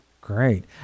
great